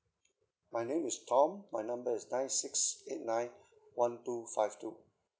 my name is tom my number is nine six eight nine one two five two